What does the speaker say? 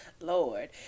Lord